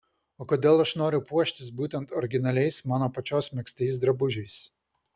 o kodėl aš noriu puoštis būtent originaliais mano pačios megztais drabužiais